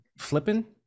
flipping